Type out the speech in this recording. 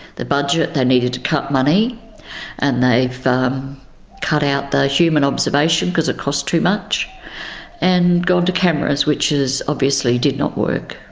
the budget, they needed to cut money and they've cut out the human observation because it cost too much and gone to cameras, which obviously did not work.